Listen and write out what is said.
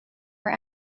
for